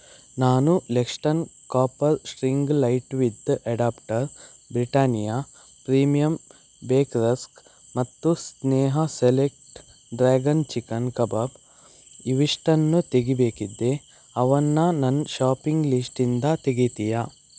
ನಾನು Lexton copper string light with adapter Britannia premium bake rusk ಮತ್ತು Sneha select dragon chicken kebab ಇವಿಷ್ಟನ್ನೂ ತೆಗಿಬೇಕಿದೆ ಅವನ್ನು ನನ್ನ ಶಾಪಿಂಗ್ ಲಿಸ್ಟಿಂದ ತೆಗಿತೀಯಾ